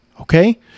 Okay